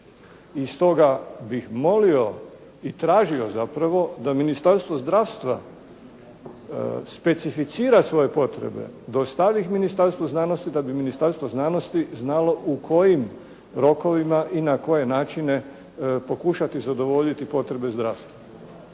I stoga bih molio i tražio zapravo da Ministarstvo zdravstva specificira svoje potrebe, dostavi ih Ministarstvu znanosti da bi Ministarstvo znanosti znalo u kojim rokovima i na koje načine pokušati zadovoljiti potrebe zdravstva.